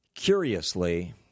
Curiously